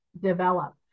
develop